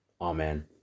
Amen